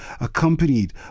accompanied